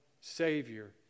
Savior